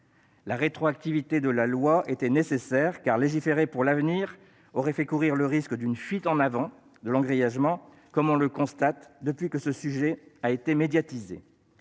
La rétroactivité de la loi était nécessaire, car légiférer pour l'avenir aurait fait courir le risque d'une fuite en avant de l'engrillagement, comme on le constate depuis que ce sujet a été médiatisé.